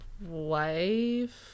wife